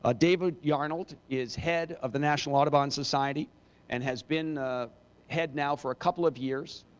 ah david yarnold is head of the national audubon society and has been head now for a couple of years,